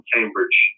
Cambridge